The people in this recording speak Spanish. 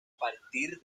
partir